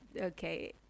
Okay